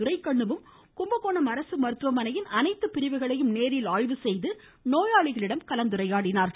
துரைக்கண்ணுவும் கும்பகோணம் அரசு மருத்துவமனையின் அனைத்து பிரிவுகளையும் நேரில் ஆய்வு செய்து நோயாளிகளிடம் கலந்துரையாடினார்கள்